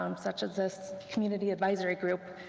um such as this community advisory group,